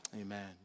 amen